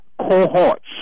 cohorts